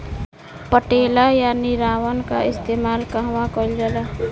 पटेला या निरावन का इस्तेमाल कहवा कइल जाला?